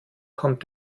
kommt